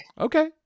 Okay